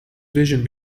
vision